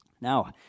Now